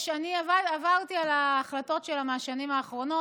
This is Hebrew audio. אני עברתי על ההחלטות שלה מהשנים האחרונות.